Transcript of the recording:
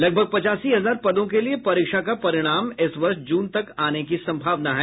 लगभग पचासी हजार पदों के लिए परीक्षा का परिणाम इस वर्ष जून तक आने की सम्भावना है